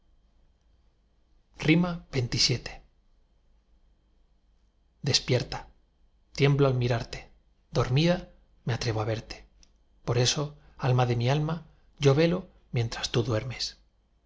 xxvii despierta tiemblo al mirarte dormida me atrevo á verte por eso alma de mi alma yo velo mientras tú duermes